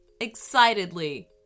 excitedly